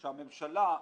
-- שהממשלה,